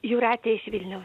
jūratė iš vilniaus